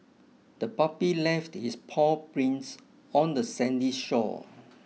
the puppy left its paw prints on the sandy shore